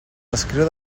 descriu